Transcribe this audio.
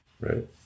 Right